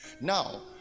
now